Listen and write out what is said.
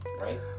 right